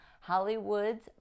Hollywood's